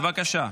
בבקשה.